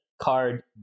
card